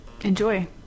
enjoy